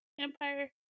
Empire